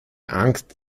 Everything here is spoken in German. angst